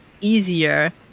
easier